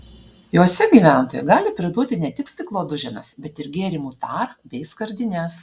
juose gyventojai gali priduoti ne tik stiklo duženas bet ir gėrimų tarą bei skardines